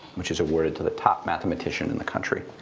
which is awarded to the top mathematician in the country.